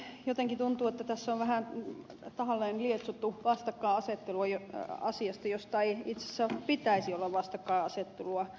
jotenkin tuntuu että tässä on vähän tahallaan lietsottu vastakkainasettelua asiasta jossa ei itse asiassa pitäisi olla vastakkainasettelua